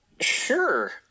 Sure